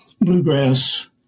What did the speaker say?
bluegrass